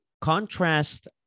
Contrast